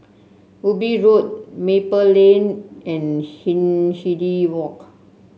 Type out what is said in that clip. Ubi Road Maple Lane and Hindhede Walk